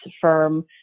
firm